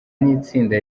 n’itsinda